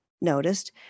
noticed